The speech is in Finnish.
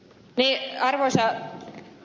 mie arvoisia